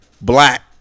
black